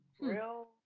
real